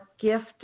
gift